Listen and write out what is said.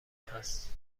هست